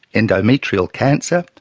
endometrial cancer,